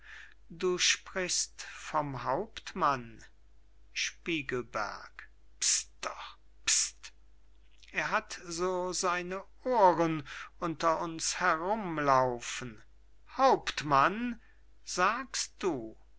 du sprichst vom hauptmann spiegelberg pst doch pst er hat so seine ohren unter uns herumlaufen hauptmann sagst du